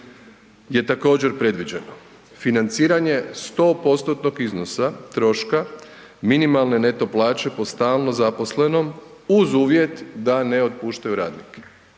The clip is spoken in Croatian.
je također predviđeno, financiranje 100%-nog iznosa troška minimalne neto plaće po stalno zaposlenom uz uvjet da ne otpuštaju radnike,